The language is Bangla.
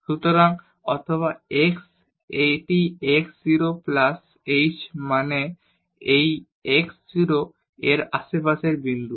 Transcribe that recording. সুতরাং এখানে x হল x0 এর আশেপাশের বিন্দু